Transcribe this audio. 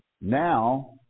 Now